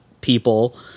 people